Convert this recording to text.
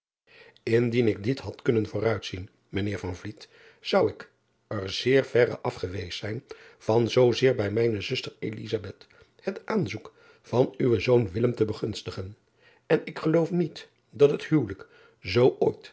ndien ik dit had kunnen vooruitzien mijn eer zou ik er zeer verre af geweest zijn van zoozeer bij mijne zuster het aanzoek van uwen zoon te begunstigen en ik geloof niet dat het huwelijk zoo